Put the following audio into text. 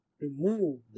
Remove